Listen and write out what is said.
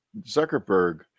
Zuckerberg